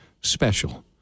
special